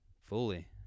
fully